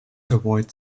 avoid